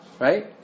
Right